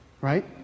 Right